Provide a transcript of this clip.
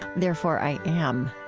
therefore i am.